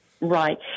Right